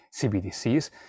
CBDCs